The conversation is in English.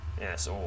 Yes